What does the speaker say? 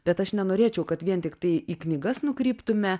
bet aš nenorėčiau kad vien tiktai į knygas nukryptume